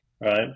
right